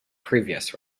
previous